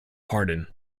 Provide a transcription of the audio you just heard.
pardon